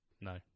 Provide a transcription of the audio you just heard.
No